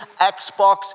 Xbox